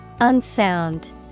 Unsound